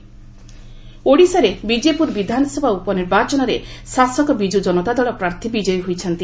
Odisha bypoll ଓଡ଼ିଶାରେ ବିଜେପ୍ରର ବିଧାନସଭା ଉପନିର୍ବାଚନରେ ଶାସକ ବିଜୁ ଜନତା ଦଳ ପ୍ରାର୍ଥୀ ବିଜୟୀ ହୋଇଛନ୍ତି